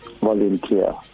volunteer